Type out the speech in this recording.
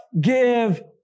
give